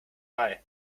eye